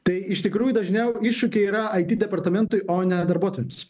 tai iš tikrųjų dažniau iššūkiai yra departamentui o ne darbuotojams